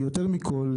יותר מכול,